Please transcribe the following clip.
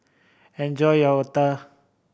enjoy your otah